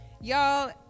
Y'all